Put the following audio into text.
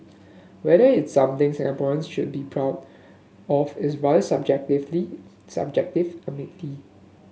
whether it something Singaporeans should be proud of is rather subjectively subjective admittedly